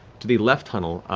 to the left tunnel,